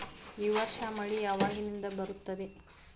ಈ ವರ್ಷ ಮಳಿ ಯಾವಾಗಿನಿಂದ ಬರುತ್ತದೆ?